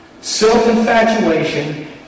self-infatuation